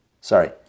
Sorry